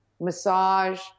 massage